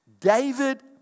David